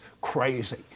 crazy